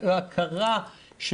בהכרה.